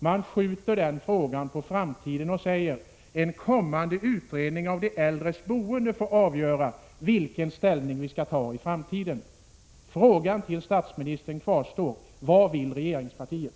Man skjuter den frågan på framtiden och säger: En kommande utredning av de äldres boende får avgöra vilken ställning vi skall ta i framtiden. Frågan till statsministern kvarstår: Vad vill regeringspartiet?